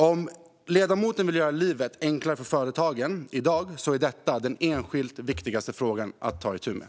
Om ledamoten vill göra livet enklare för företagen i dag, herr talman, är detta den enskilt viktigaste frågan att ta itu med.